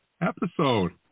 episode